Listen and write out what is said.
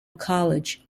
college